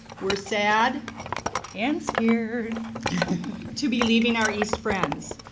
we're sad and scared to be leaving our east friends.